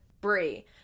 Brie